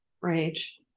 rage